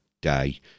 day